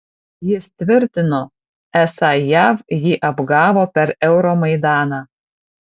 jis tvirtino esą jav jį apgavo per euromaidaną